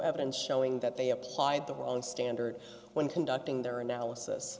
evidence showing that they applied the wrong standard when conducting their analysis